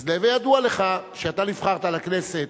אז להווי ידוע לך שאתה נבחרת לכנסת